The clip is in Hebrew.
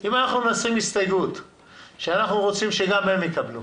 אם אנחנו נשים הסתייגות שאנחנו רוצים שגם הם יקבלו,